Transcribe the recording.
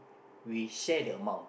we share the amount